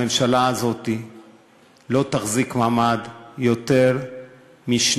הממשלה הזאת לא תחזיק מעמד יותר משנת